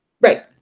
Right